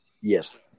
yes